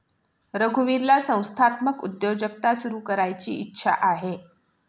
रघुवीरला संस्थात्मक उद्योजकता सुरू करायची इच्छा आहे